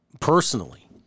personally